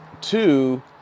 Two